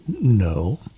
no